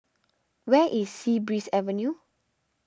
where is Sea Breeze Avenue